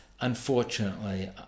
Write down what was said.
unfortunately